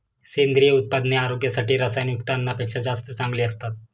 सेंद्रिय उत्पादने आरोग्यासाठी रसायनयुक्त अन्नापेक्षा जास्त चांगली असतात